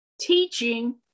teaching